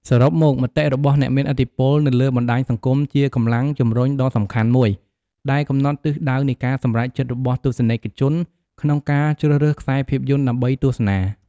សរុបមក មតិរបស់អ្នកមានឥទ្ធិពលនៅលើបណ្តាញសង្គមជាកម្លាំងជំរុញដ៏សំខាន់មួយដែលកំណត់ទិសដៅនៃការសម្រេចចិត្តរបស់ទស្សនិកជនក្នុងការជ្រើសរើសខ្សែភាពយន្តដើម្បីទស្សនា។